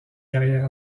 carrière